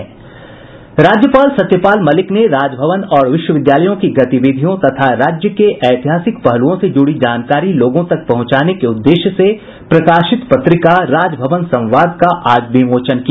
राज्यपाल सत्यपाल मलिक ने राजभवन और विश्वविद्यालयों की गतिविधियों तथा राज्य के ऐतिहासिक पहलुओं से जुड़ी जानकारी लोगों तक पहुंचाने के उद्देश्य से प्रकाशित पत्रिका राजभवन संवाद का आज विमोचन किया